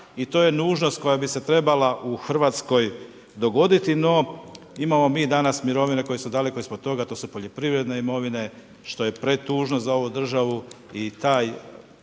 i to je nužnost koja bi se trebala u Hrvatskoj dogoditi, no imamo mi danas mirovine koje su daleko ispod toga, to su poljoprivredne mirovine što je pretužno za ovu državu i taj